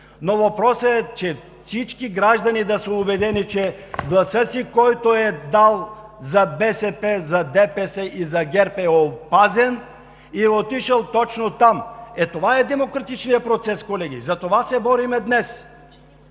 но въпросът е всички граждани да са убедени, че гласът им, който са дали за БСП, за ДПС и за ГЕРБ, е опазен и е отишъл точно там. Това е демократичният процес, колеги, за това се борим днес!